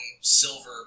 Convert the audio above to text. silver